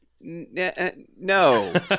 No